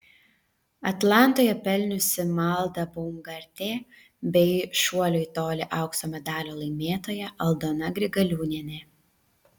atlantoje pelniusi malda baumgartė bei šuolio į tolį aukso medalio laimėtoja aldona grigaliūnienė